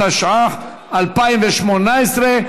התשע"ח 2018,